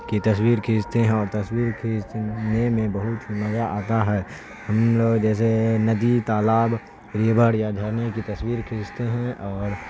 کی تصویر کھینچتے ہیں اور تصویر کھینچنے میں بہت مزہ آتا ہے ہم لوگ جیسے ندی تالاب ریور یا جھرنے کی تصویر کھینچتے ہیں اور